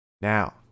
Now